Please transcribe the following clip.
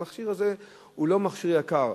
המכשיר הזה הוא לא מכשיר יקר.